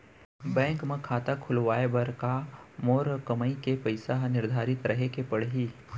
Bank म खाता खुलवाये बर का मोर कमाई के पइसा ह निर्धारित रहे के पड़ही?